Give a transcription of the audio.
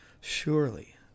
Surely